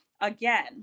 again